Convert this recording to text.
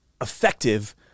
Effective